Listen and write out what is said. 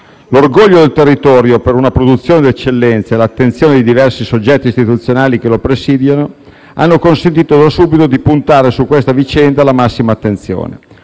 L'orgoglio del territorio per una produzione di eccellenza e l'attenzione di diversi soggetti istituzionali che lo presidiano hanno consentito da subito di puntare su questa vicenda la massima attenzione,